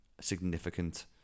significant